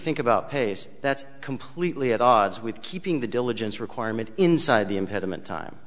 think about pace that's completely at odds with keeping the diligence requirement inside the impediment time